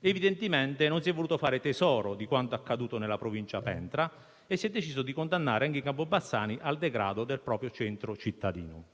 Evidentemente, non si è voluto fare tesoro di quanto accaduto nella provincia pentra e si è deciso di condannare anche i campobassani al degrado del proprio centro cittadino.